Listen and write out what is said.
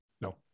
No